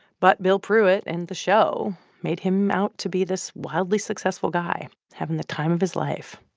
but bill pruitt and the show made him out to be this wildly successful guy having the time of his life,